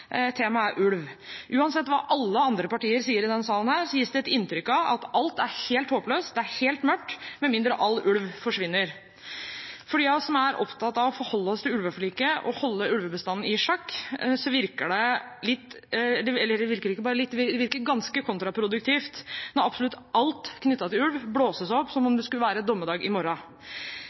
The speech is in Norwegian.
Temaet er ulv. Uansett hva alle andre partier sier i denne salen, gis det et inntrykk av at alt er helt håpløst, det er helt mørkt, med mindre all ulv forsvinner. For dem av oss som er opptatt av å forholde oss til ulveforliket og å holde ulvebestanden i sjakk, virker det ganske kontraproduktivt når absolutt alt knyttet til ulv blåses opp som om det skulle være dommedag i morgen.